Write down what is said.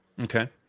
Okay